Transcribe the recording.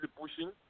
pushing